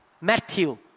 Matthew